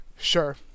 Sure